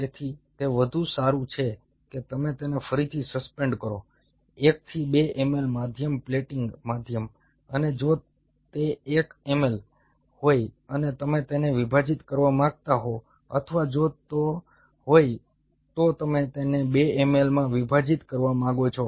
તેથી તે વધુ સારું છે કે તમે તેને ફરીથી સસ્પેન્ડ કરો 1 થી 2 ml માધ્યમ પ્લેટિંગ માધ્યમ અને જો તે એક ml હોય અને તમે તેને વિભાજીત કરવા માંગતા હો અથવા જો તે હોય તો તમે તેને 2 ml માં વિભાજીત કરવા માંગો છો